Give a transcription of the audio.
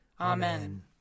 Amen